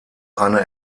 einer